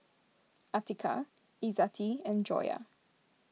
Atiqah Izzati and Joyah